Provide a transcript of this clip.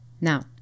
Now